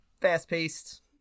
fast-paced